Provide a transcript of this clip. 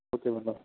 okay madam